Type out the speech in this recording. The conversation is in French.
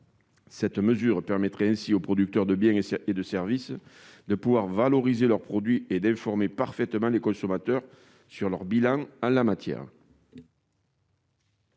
Cette mesure donnerait aux producteurs de biens et de services la possibilité de valoriser leurs produits et d'informer parfaitement les consommateurs sur leur bilan en la matière.